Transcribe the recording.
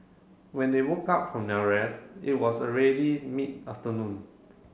when they woke up from their rest it was already mid afternoon